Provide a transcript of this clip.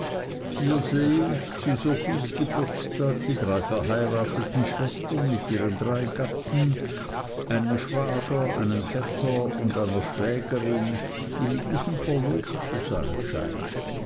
hier sehe ich zu sophies geburtstag die drei verheirateten schwestern mit ihren drei gatten einem schwager einem vetter und einer schwägerin die mit diesem verlobt zu sein scheint